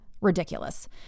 Ridiculous